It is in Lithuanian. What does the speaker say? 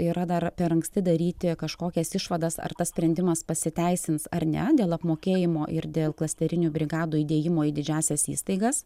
yra dar per anksti daryti kažkokias išvadas ar tas sprendimas pasiteisins ar ne dėl apmokėjimo ir dėl klasterinių brigadų įdėjimo į didžiąsias įstaigas